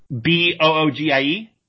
B-O-O-G-I-E